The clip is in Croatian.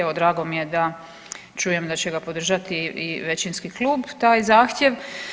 Evo drago mi je da čujem da će ga podržati i većinski klub taj zahtjev.